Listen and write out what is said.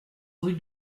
rue